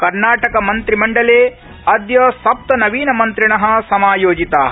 कर्णाटक मन्त्रिमण्डले अदय सप्त नवीनमन्त्रिण समायोजिता